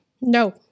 No